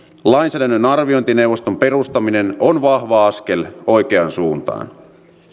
lainsäädännön arviointineuvoston perustaminen on vahva askel oikeaan suuntaan